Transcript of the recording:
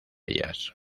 ellas